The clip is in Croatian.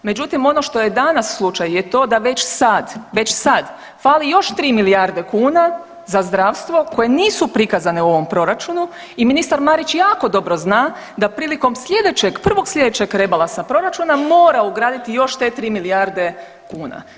Međutim, ono što je danas slučaj je to da već sad, već sad fali još 3 milijarde kuna za zdravstvo koje nisu prikazane u ovom proračunu i ministar Marić jako dobro zna da prilikom slijedećeg, prvog slijedećeg rebalansa proračuna mora ugraditi još te 3 milijarde kuna.